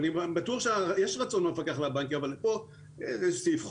אני בטוח שיש רצון אצל המפקח על הבנקים אבל יש סעיף בחוק.